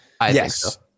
yes